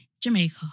Jamaica